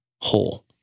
whole